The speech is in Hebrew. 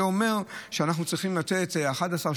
זה אומר שאנחנו צריכים לתת 11,